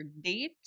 date